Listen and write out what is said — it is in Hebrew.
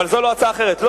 אבל זו לא הצעה אחרת.